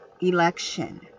election